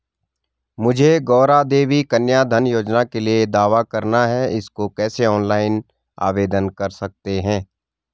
मुझे गौरा देवी कन्या धन योजना के लिए दावा करना है इसको कैसे ऑनलाइन आवेदन कर सकते हैं?